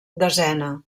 desena